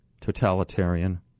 totalitarian